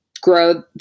grow